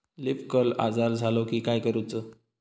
Leaf curl आजार झालो की काय करूच?